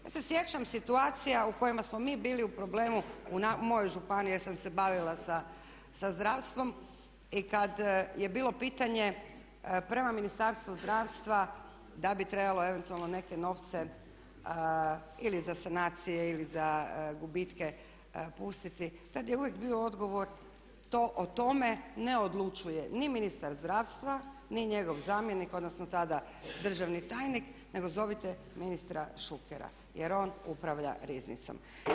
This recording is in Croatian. Ja se sjećam situacija u kojima smo mi bili u problemu u mojoj županiji jer sam se bavila sa zdravstvom i kada je bilo pitanje prema Ministarstvu zdravstva da bi trebalo eventualno neke novce ili za sanacije ili za gubitke pustiti, tada je uvijek bio odgovor to o tome ne odlučuje ni ministar zdravstva, ni njegov zamjenik, odnosno tada državni tajnik nego zovite ministra Šukera jer on upravlja riznicom.